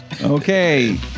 Okay